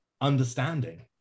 understanding